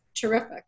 terrific